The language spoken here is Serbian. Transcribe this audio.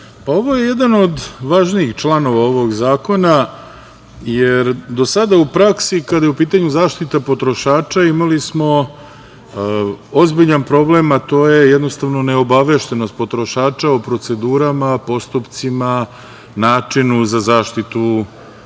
je jedan od važnijih članova ovog zakona jer do sada u praksi kada je u pitanju zaštita potrošača imali smo ozbiljan problem, a to je jednostavno neobaveštenost potrošača o procedurama, postupcima, načinu za zaštitu njegovog